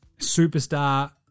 superstar